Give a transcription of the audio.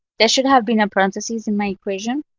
this should have been a parentheses in my equation.